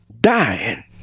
dying